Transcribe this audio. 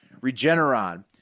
Regeneron